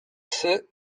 feu